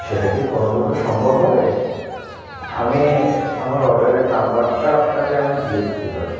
সেটাকে কোনোভাবে সম্ভব হবে আমি আমার অর্ডারের নাম্বারটা আপনাকে আমি দিয়ে দিতে পারি